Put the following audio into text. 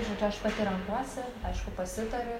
žodžiu aš pati renkuosi aišku pasitari